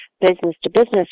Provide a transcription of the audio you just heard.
business-to-business